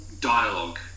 dialogue